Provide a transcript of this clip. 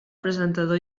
presentador